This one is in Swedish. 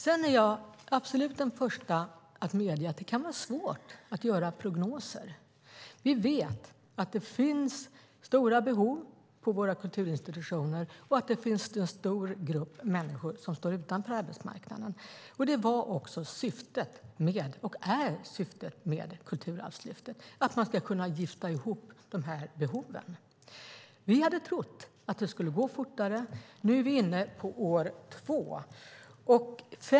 Jag är den absolut första att medge att det kan vara svårt att göra prognoser. Vi vet att det finns stora behov på våra kulturinstitutioner och att det finns en stor grupp människor som står utanför arbetsmarknaden. Det var också syftet med, och är syftet med, Kulturarvslyftet att gifta ihop behoven. Vi hade trott att det skulle gå fortare. Nu är vi inne på år två.